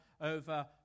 over